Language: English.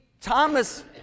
Thomas